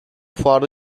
fuarda